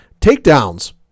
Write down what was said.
takedowns